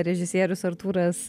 režisierius artūras